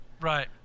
Right